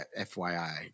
FYI